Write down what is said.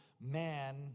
man